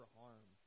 harm